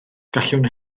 gallwn